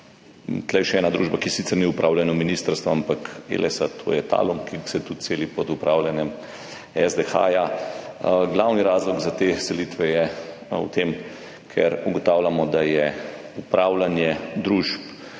Tu je še ena družba, ki sicer ni v upravljanju ministrstva, ampak Elesa, to je Talum, ki se tudi seli pod upravljanje SDH. Glavni razlog za te selitve je v tem, ker ugotavljamo, da je upravljanje družb